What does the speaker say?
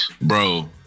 Bro